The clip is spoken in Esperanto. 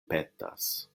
petas